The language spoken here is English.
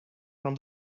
from